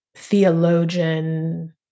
Theologian